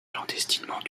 clandestinement